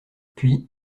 puis